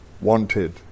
wanted